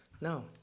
No